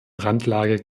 randlage